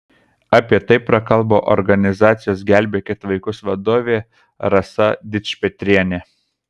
apie tai prakalbo organizacijos gelbėkit vaikus vadovė rasa dičpetrienė